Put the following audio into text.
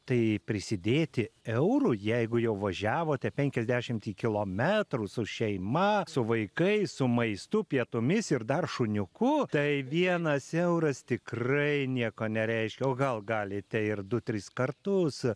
tai prisidėti euru jeigu jau važiavote penkiasdešimtį kilometrų su šeima su vaikais su maistu pietumis ir dar šuniuku tai vienas euras tikrai nieko nereiškia o gal galite ir du tris kartus